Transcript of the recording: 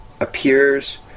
appears